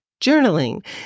journaling